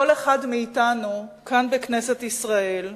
כל אחד מאתנו כאן, בכנסת ישראל,